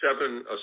seven